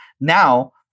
Now